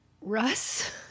Russ